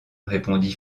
répondit